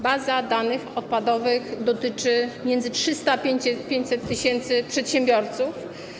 Baza danych odpadowych dotyczy między 300 a 500 tys. przedsiębiorców.